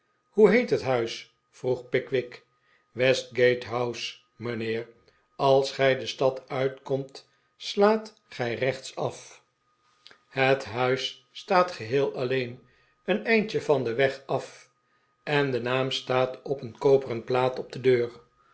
hoe heet het huis vroeg pickwick westgate house mijnheer als gij de stad uitkomt slaat gij rechtsaf het huis staat geheel alleen een eindje van den weg af en de naam staat op een koperen plaat op de deur